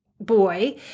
boy